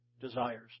desires